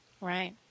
Right